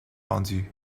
vendus